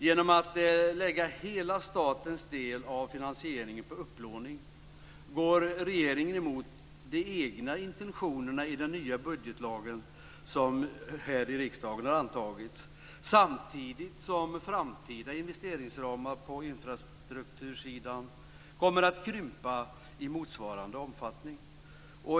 Genom att lägga hela statens del av finansieringen på upplåning går regeringen emot de egna intentionerna i den nya budgetlag som riksdagen antagit, samtidigt som framtida investeringsramar på infrastruktursidan kommer att krympa i motsvarande omfattning.